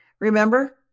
Remember